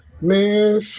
Man